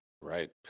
Right